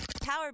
Power